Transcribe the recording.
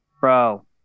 bro